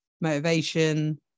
motivation